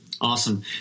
Awesome